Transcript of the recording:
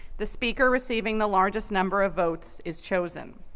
the speaker receiving the largest number of votes is chosen.